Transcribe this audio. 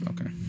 Okay